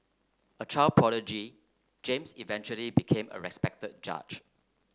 a child prodigy James eventually became a respected judge